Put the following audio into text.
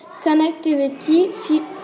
connectivity